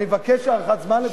אני מבקש הארכת זמן.